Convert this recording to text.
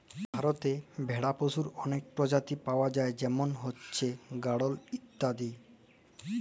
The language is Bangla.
ভারতেল্লে ভেড়া পশুর অলেক পরজাতি পাউয়া যায় যেমল হছে গাঢ়ল ইত্যাদি